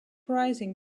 rising